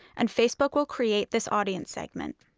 and facebook will create this audience segment.